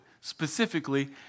specifically